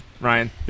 Ryan